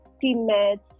teammates